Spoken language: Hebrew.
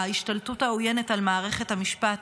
ההשתלטות העוינת על מערכת המשפט.